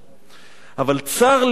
אבל צר לי, צר לי,